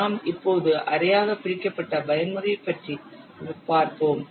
நாம் இப்போது அரையாக பிரிக்கப்பட்ட பயன்முறை பற்றி பார்ப்போம்